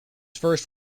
first